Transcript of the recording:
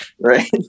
Right